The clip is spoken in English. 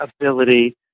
ability